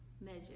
measure